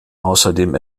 außerdem